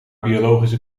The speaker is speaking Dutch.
biologische